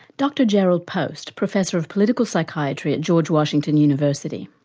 dr jerrold post, professor of political psychiatry at george washington university.